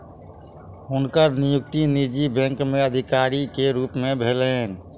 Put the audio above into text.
हुनकर नियुक्ति निजी बैंक में अधिकारी के रूप में भेलैन